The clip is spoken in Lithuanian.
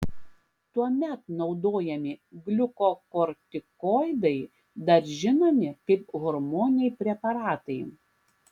tuomet naudojami gliukokortikoidai dar žinomi kaip hormoniniai preparatai